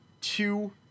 two